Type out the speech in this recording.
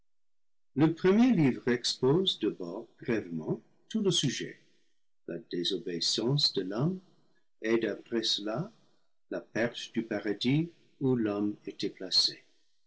ce premier livre expose d'abord brièvement tout le sujet la désobéissance de l'homme et d'après cela la perte du paradis où l'homme était placé